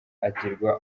agirwa